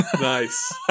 Nice